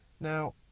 Now